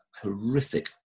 horrific